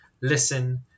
listen